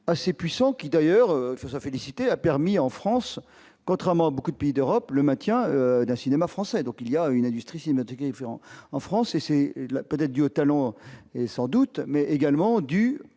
assez puissants, qui d'ailleurs se soit félicité a permis en France contrairement à beaucoup de pays d'Europe, le maintien d'un cinéma français, donc il y a une industrie cynotechnique en en France, et c'est là peut-être dû au talent et sans doute, mais également due